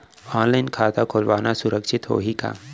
Online खाता खोलना सुरक्षित होही का?